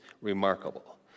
remarkable